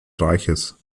reiches